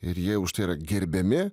ir jie už tai yra gerbiami